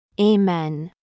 Amen